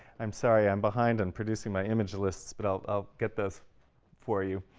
i'm sorry, i'm behind on producing my image lists but i'll get those for you.